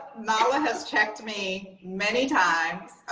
nala has checked me many times.